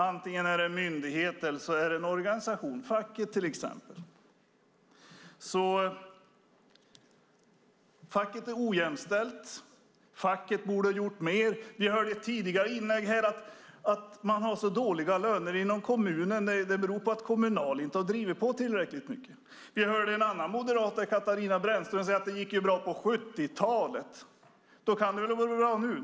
Antingen är det en myndighet eller en organisation, till exempel facket. Facket är ojämställt och borde ha gjort mer. Vi hörde i ett tidigare inlägg att lönerna är så dåliga i kommunen för att Kommunal inte drivit på tillräckligt. Vi hörde en annan moderat, Katarina Brännström, säga att det gick bra på 70-talet. Då kan det väl gå bra nu.